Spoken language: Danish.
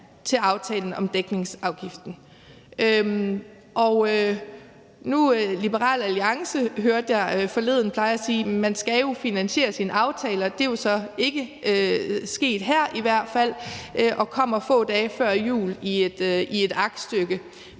til aftalen om dækningsafgiften. Nu hørte jeg forleden Liberal Alliance sige, som de plejer, at man skal finansiere sine aftaler, og det er jo så ikke sket her i hvert fald, men kommer få dage før jul i et aktstykke.